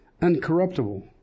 uncorruptible